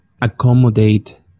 accommodate